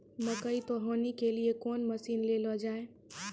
मकई तो हनी के लिए कौन मसीन ले लो जाए?